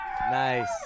Nice